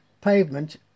pavement